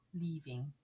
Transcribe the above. leaving